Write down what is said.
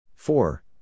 Four